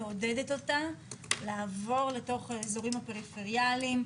מעודדת אותה לעבור לתוך האזורים הפריפריאליים,